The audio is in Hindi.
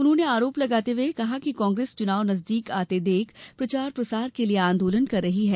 उन्होंने आरोप लगाते हुये कहा कांग्रेस चुनाव नजदीक आते देख प्रचार प्रसार के लिए आंदोलन कर रही है